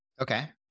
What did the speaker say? Okay